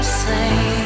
say